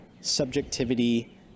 subjectivity